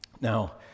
Now